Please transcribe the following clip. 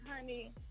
honey